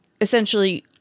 essentially